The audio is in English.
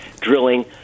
drilling